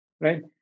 right